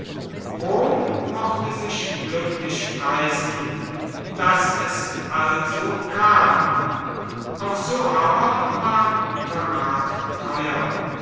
rom mochte sich glücklich preisen daß es also kam auch so aber war guter rat teuer